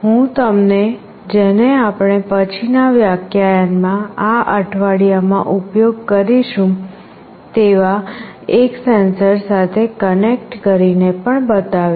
હું તમને જેને આપણે પછીના વ્યાખ્યાનમાં આ અઠવાડિયામાં ઉપયોગ કરીશું તેવા એક સેન્સર સાથે કનેક્ટ કરીને પણ બતાવીશ